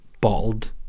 bald